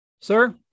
sir